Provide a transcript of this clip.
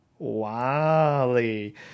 wally